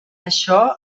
això